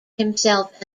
himself